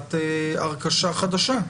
פעולת הרכשה חדשה,